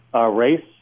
race